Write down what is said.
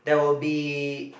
there will be